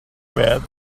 bad